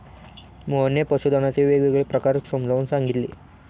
मोहनने पशुधनाचे वेगवेगळे प्रकार समजावून सांगितले